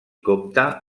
compta